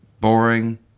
boring